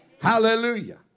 Hallelujah